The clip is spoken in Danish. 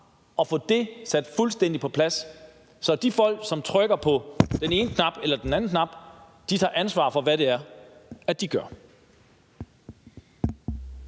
at få det sat fuldstændig på plads, så folk, når de trykker på den ene eller den anden knap, tager ansvar for, hvad det er, de gør.